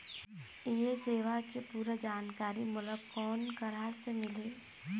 ये सेवा के पूरा जानकारी मोला कोन करा से मिलही?